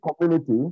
community